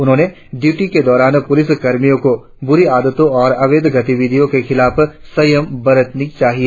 उन्होंने ड्यूटी के दौरान पुलिस कर्मियों को बुरी आदतो और अवैध गतिविधियों के खिलाफ संयम बरतने चाहिए